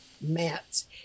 mats